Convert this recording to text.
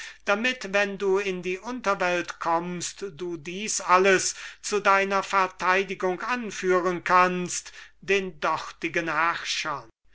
damit wenn du in die unterwelt kommst du dies alles zu deiner verteidigung anführen kannst den dortigen